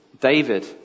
David